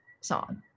song